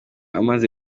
amaze